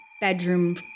bedroom